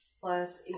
plus